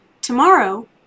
tomorrow